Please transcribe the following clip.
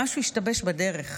משהו השתבש בדרך,